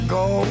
go